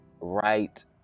right